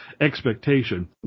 expectation